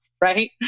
Right